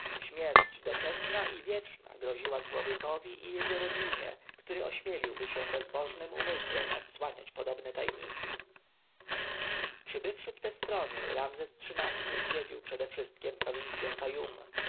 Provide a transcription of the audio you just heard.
śmierć doczesna i wieczna groziła człowiekowi i jego rodzinie który ośmieliłby się bezbożnym umysłem odsłaniać podobne tajniki przybywszy w te strony ramzes xiii zwiedził przedewszystkiem prowincję